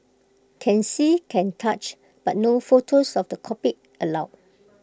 can see can touch but no photos of the cockpit allowed